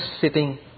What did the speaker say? sitting